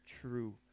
true